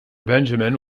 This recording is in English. benjamin